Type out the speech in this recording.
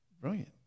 Brilliant